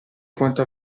quanto